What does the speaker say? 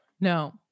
no